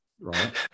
right